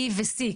B ו-C,